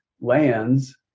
lands